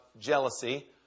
jealousy